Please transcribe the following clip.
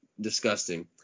disgusting